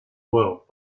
world